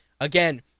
again